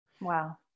Wow